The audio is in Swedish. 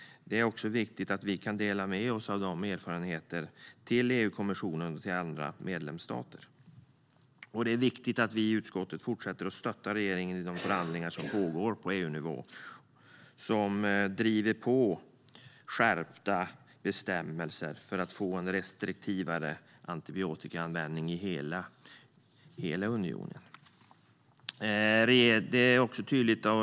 Det är också viktigt att vi kan dela med oss av våra erfarenheter till EU-kommissionen och till andra medlemsstater. Det är även viktigt att vi i utskottet fortsätter att stötta regeringen i de förhandlingar som pågår på EU-nivå och driver på för skärpta bestämmelser för att få en restriktivare antibiotikaanvändning i hela unionen.